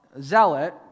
zealot